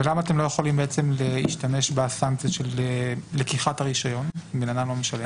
למה אתם לא יכולים להשתמש בסנקציה של לקיחת הרישיון אם בן אדם לא משלם?